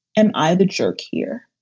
am i the jerk here?